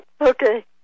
Okay